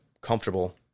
comfortable